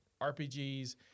RPGs